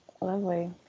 lovely